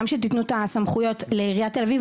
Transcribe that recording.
גם שתתנו את הסמכויות לעיריית תל אביב,